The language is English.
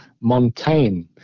Montaigne